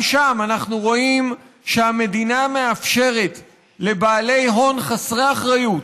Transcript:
גם שם אנחנו רואים שהמדינה מאפשרת לבעלי הון חסרי אחריות